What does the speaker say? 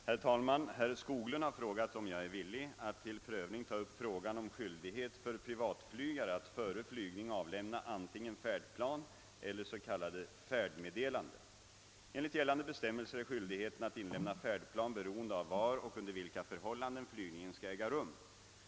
Herr talman! Herr Skoglund har frågat om jag är villig att till prövning ta upp frågan om skyldighet för privatflygare att före flygning avlämna antingen färdplan eller s.k. färdmeddelande. Enligt gällande bestämmelser är skyldigheten att inlämna färdplan beroende av var och under vilka förhållanden flygningen skall äga rum.